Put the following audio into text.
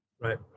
Right